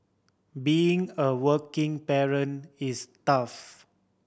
being a working parent is tough